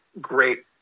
great